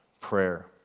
prayer